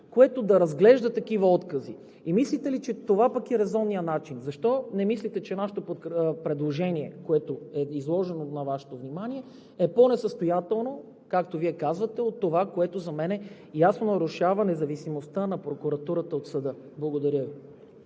което да разглежда такива откази. Мислите ли, че това е резонният начин?! Защо не мислите, че нашето предложение, което е изложено на Вашето внимание, е по несъстоятелно, както Вие казвате, от това, което за мен ясно нарушава независимостта на прокуратурата от съда?! Благодаря Ви.